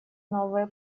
новые